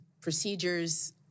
procedures